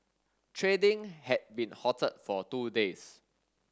trading had been halted for two days